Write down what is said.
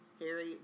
Harry